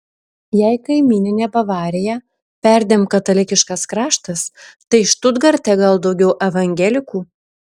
jei kaimyninė bavarija perdėm katalikiškas kraštas tai štutgarte gal daugiau evangelikų